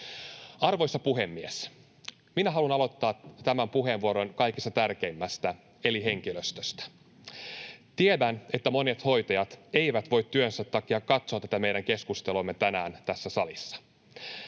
Arvoisa puhemies! Minä haluan aloittaa tämän puheenvuoron kaikista tärkeimmästä, eli henkilöstöstä. Tiedän, että monet hoitajat eivät voi työnsä takia katsoa tätä meidän keskusteluamme tänään tässä salissa.